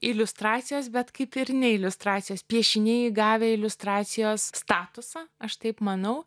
iliustracijos bet kaip ir neiliustracijos piešiniai įgavę iliustracijos statusą aš taip manau